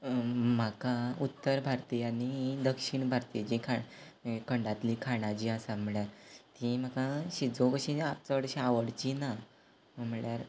म्हाका उत्तर भारतीय आनी दक्षीण भारतीय जीं खाण खंडातलीं खाणां जीं आसा म्हळ्ळ्या तीं म्हाका शिजोवं कशीं आ चडशीं आवडचीं ना म्हळ्ळ्यार